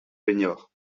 l’ignore